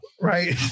right